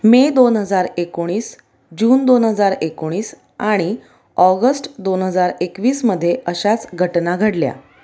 मे दोन हजार एकोणीस जून दोन हजार एकोणीस आणि ऑगस्ट दोन हजार एकवीसमध्ये अशाच घटना घडल्या